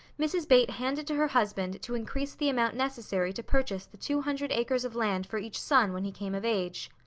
mrs. bates handed to her husband to increase the amount necessary to purchase the two hundred acres of land for each son when he came of age.